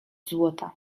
złota